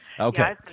Okay